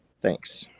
thanks.